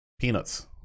peanuts